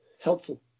helpful